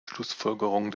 schlussfolgerungen